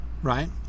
Right